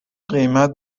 قیمت